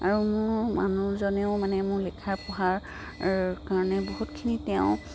আৰু মোৰ মানুহজনেও মানে মোৰ লেখা পঢ়াৰ কাৰণে বহুতখিনি তেওঁ